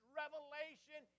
revelation